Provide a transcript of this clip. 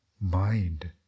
mind